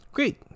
Great